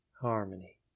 Harmony